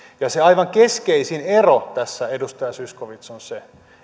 ja se aivan keskeisin ero tässä edustaja zyskowicz on se